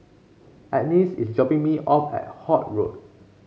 Agness is dropping me off at Holt Road